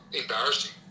embarrassing